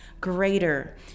greater